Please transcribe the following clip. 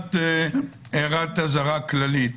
הערת אזהרה כללית.